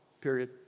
period